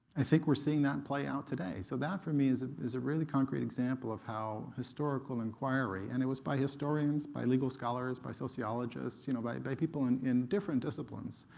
i think we're seeing that play out today. so that, for me, is ah is a really concrete example of how historical inquiry and it was by historians, by legal scholars, by sociologists, you know by by people in in different disciplines,